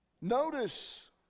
Notice